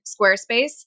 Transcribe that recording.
Squarespace